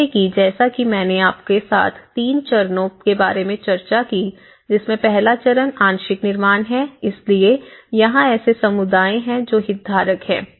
इसलिए जैसा कि मैंने आपके साथ 3 चरणों के बारे में चर्चा की जिसमें पहला चरण आंशिक निर्माण है इसलिए यहां ऐसे समुदाय हैं जो हितधारक हैं